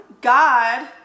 God